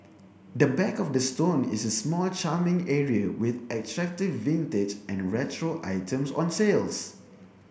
the back of the store is a small charming area with attractive vintage and retro items on sales